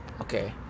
Okay